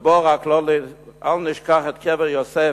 ואל נשכח את קבר יוסף,